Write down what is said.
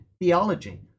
theology